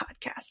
podcast